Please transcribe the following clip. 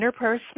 interpersonal